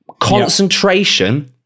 concentration